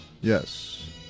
Yes